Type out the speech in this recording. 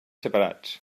separats